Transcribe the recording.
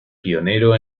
pionero